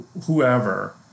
whoever